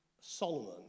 Solomon